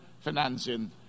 financing